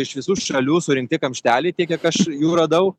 iš visų šalių surinkti kamšteliai tiek kiek aš jų radau